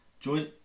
Joint